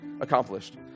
accomplished